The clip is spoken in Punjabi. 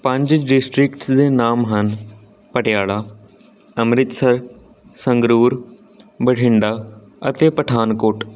ਪੰਜ ਡਿਸਟ੍ਰਿਕਟਸ ਦੇ ਨਾਮ ਹਨ ਪਟਿਆਲਾ ਅੰਮ੍ਰਿਤਸਰ ਸੰਗਰੂਰ ਬਠਿੰਡਾ ਅਤੇ ਪਠਾਨਕੋਟ